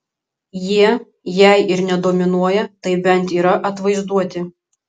jie jei ir ne dominuoja tai bent yra atvaizduoti